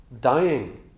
dying